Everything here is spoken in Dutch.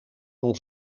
ons